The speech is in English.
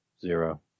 zero